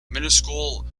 minuscule